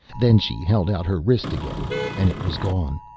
then she held out her wrist again and it was gone.